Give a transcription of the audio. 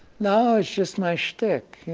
no, it's just my shtick.